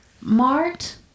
Mart